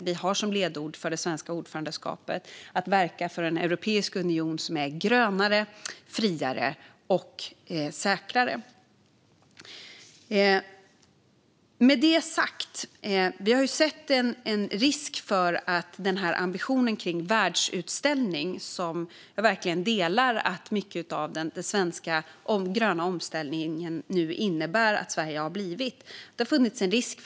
Vi har som ledord för det svenska ordförandeskapet att vi ska verka för en europeisk union som är grönare, friare och säkrare, och det är inte bara slagord. Med det sagt har vi sett en risk. Ambitionen för den världsutställning som den svenska gröna omställningen nu innebär att Sverige har blivit delar jag verkligen mycket av.